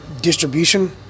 distribution